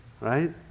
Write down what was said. right